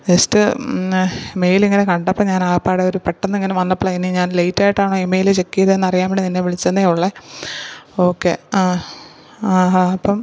just mail ഇങ്ങനെ കണ്ടപ്പം ഞാൻ ആകപ്പാടെ ഒരു പെട്ടെന്ന് ഇങ്ങനെ വന്നപ്പോളാണ് ഞാൻ ലെയിറ്റ് ആയിട്ടാണോ ഈമെയിൽ ചെക്ക് ചെയ്തെന്ന് അറിയാൻ വേണ്ടി നിന്നെ വിളിച്ചു എന്നെ ഉള്ളത് ഓക്കേ ആ അപ്പം